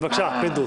משנה.